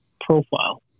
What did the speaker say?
profile